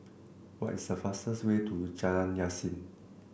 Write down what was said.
what is the fastest way to Jalan Yasin